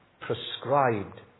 prescribed